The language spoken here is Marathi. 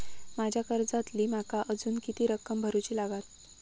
माझ्या कर्जातली माका अजून किती रक्कम भरुची लागात?